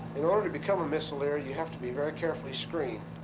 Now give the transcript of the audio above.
in order to become a missileer, you have to be very carefully screened.